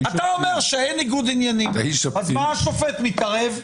אתה אומר שאין ניגוד עניינים, אז מה השופט מתערב?